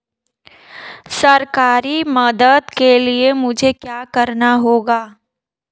सरकारी मदद के लिए मुझे क्या करना होगा?